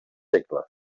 segles